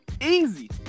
Easy